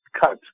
cut